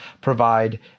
provide